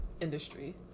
industry